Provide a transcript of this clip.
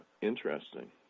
Interesting